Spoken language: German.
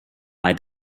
bei